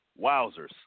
Wowzers